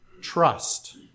trust